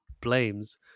blames